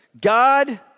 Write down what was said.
God